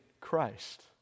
Christ